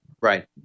right